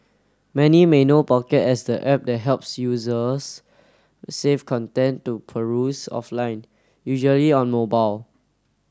many may know pocket as the app that helps users save content to peruse offline usually on mobile